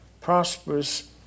Prosperous